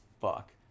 fuck